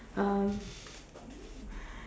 um